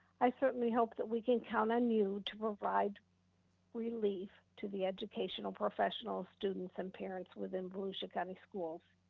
i certainly hope that we can count on you to provide relief to the educational professional, students and parents within volusia county schools.